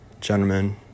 gentlemen